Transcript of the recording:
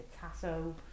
Tasso